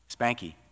Spanky